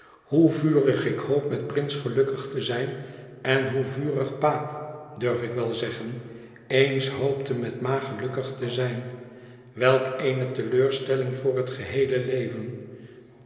hoe vurig ik hoop met prince gelukkig te zijn en hoe vurig pa durf ik wel zeggen eens hoopte met ma gelukkig te zijn welk eene teleurstelling voor het geheele leven